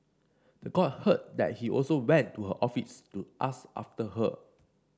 the court heard that he also went to her office to ask after her